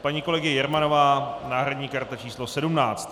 Paní kolegyně Jermanová náhradní karta číslo 17.